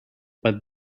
but